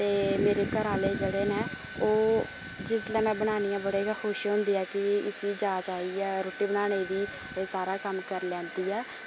ते मेरे घरा आहले जेहड़े न ओह् जिसलै में बनानी बड़े गै खुश होंदे है कि इसी जाॅच आई ऐ रुट्टी बनाने दी ते सारा कम्म करी लैंदी ऐ